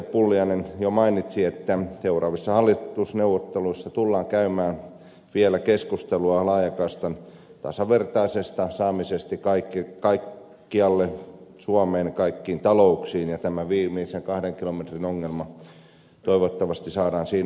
pulliainen jo mainitsi että seuraavissa hallitusneuvotteluissa tullaan käymään vielä keskustelua laajakaistan tasavertaisesta saamisesta kaikkialle suomeen kaikkiin talouksiin ja tämä viimeisen kahden kilometrin ongelma toivottavasti saadaan siinä ratkaistua